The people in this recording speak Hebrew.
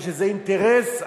ושזה אינטרס,